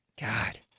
God